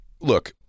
Look